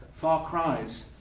far cries.